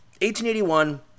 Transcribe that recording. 1881